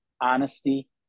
honesty